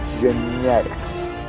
genetics